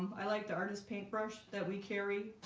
i like the artist paintbrush that we carry